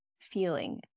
feeling